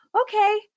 okay